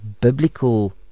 biblical